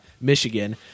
Michigan